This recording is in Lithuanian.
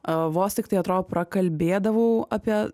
o vos tiktai atrodo prakalbėdavau apie